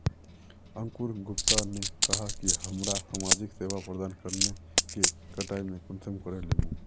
अंकूर गुप्ता ने कहाँ की हमरा समाजिक सेवा प्रदान करने के कटाई में कुंसम करे लेमु?